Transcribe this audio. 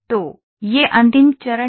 तो यह अंतिम चरण है